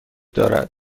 دارد